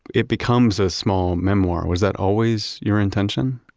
it becomes a small memoir. was that always your intention?